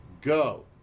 go